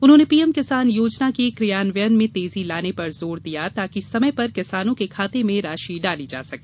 उन्होंने पीएम किसान योजना के क्रियान्वयन में तेजी लाने पर जोर दिया ताकि समय पर किसानों के खाते में राशि डाली जा सके